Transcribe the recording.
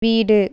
வீடு